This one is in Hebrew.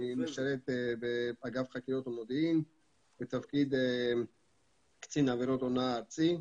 משרת באגף חקירות ומודיעין בתפקיד קצין עבירות הונאה ארצי.